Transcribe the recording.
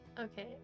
okay